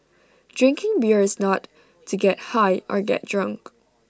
drinking beer is not to get high or get drunk